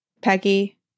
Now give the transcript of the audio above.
Peggy